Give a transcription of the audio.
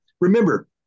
remember